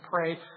pray